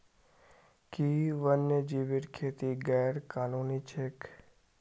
कि वन्यजीवेर खेती गैर कानूनी छेक?